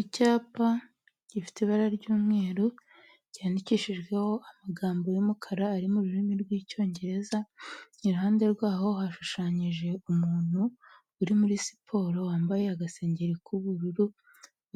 Icyapa gifite ibara ry'umweru, cyandikishijweho amagambo y'umukara ari mu ururimi rw'Icyongereza, iruhande rwaho hashushanyije umuntu uri muri siporo wambaye agasengeri k'ubururu,